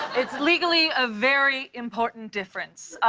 it's legally a very important difference.